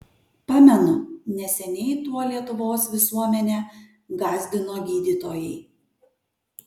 pamenu neseniai tuo lietuvos visuomenę gąsdino gydytojai